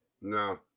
No